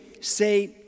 say